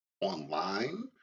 online